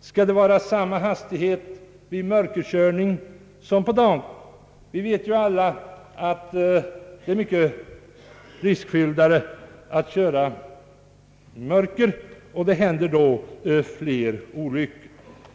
Skall det vara samma hastighet vid mörkerkörning som på dagen? Vi vet ju alla att det är mera riskfyllt att köra i mörker, och det händer då flera olyckor.